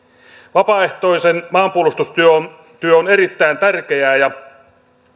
vapaaehtoinen maanpuolustustyö on erittäin tärkeää ja